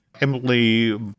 Emily